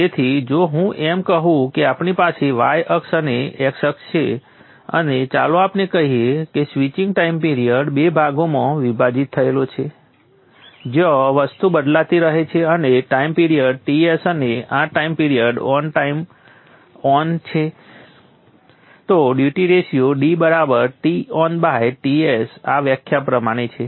તેથી જો હું એમ કહું કે આપણી પાસે y અક્ષ અને x અક્ષ છે અને ચાલો આપણે કહીએ કે સ્વિચિંગ ટાઈમ પિરિયડ બે ભાગમાં વિભાજિત થયેલો છે જ્યાં વસ્તુ બદલાતી રહે છે ટાઈમ પિરિયડ Ts અને આ time period on time Ton છે તો ડ્યુટી રેશિયો d બરાબર TonTs આ વ્યાખ્યા પ્રમાણે છે